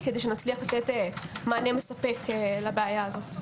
כדי שנצליח לתת מענה מספק לבעיה הזאת.